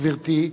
גברתי,